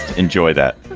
enjoy that